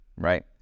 right